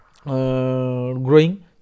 growing